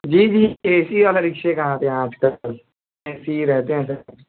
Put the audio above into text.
جی جی A C والا رکشے کہاں آتے ہیں آج کل ایسے ہی رہتے ہیں سب